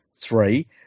Three